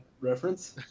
reference